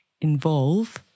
involve